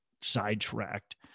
sidetracked